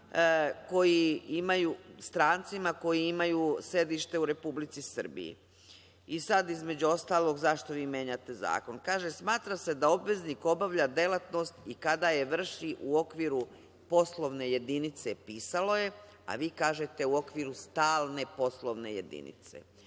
koji imaju sedište u Republici Srbiji. Sada, između ostalog, zašto vi menjate zakon? Kaže – smatra se da obveznik obavlja delatnost i kada je vrši u okviru poslovne jedinice, pisalo je, a vi kažete u okviru stalne poslovne jedinice. Pošto